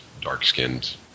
dark-skinned